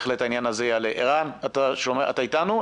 ערן, אתה איתנו?